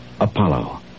Apollo